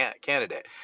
candidate